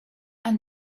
and